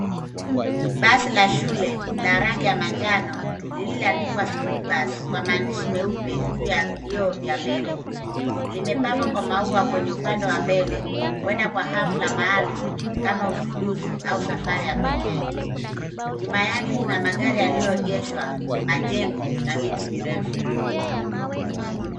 Basi la shule la rangi ya manjano, lililoandikwa school bus kwa maandishi meupe juu ya vioo vya mbele. Limepambwa kwa maua kwenye upande wa mbele, huenda kwa hafla maalum, kama uzinduzi au safari ya pekee. Nyuma yake kuna magari yaliyoegeshwa , majengo na miti mirefu.